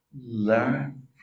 Learn